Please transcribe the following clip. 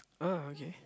ah okay